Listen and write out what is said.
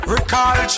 Recall